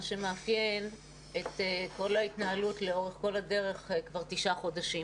מה שמאפיין את כל ההתנהלות לאורך כל הדרך כבר תשעה חודשים